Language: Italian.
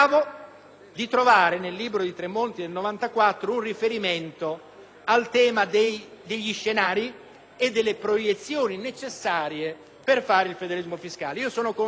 di trovare nel libro di Tremonti del 1994 un riferimento al tema degli scenari e delle proiezioni necessarie per dare una base